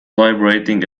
vibrating